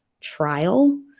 trial